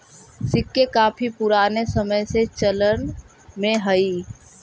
सिक्के काफी पूराने समय से चलन में हई